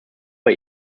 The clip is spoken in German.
bei